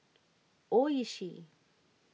Oishi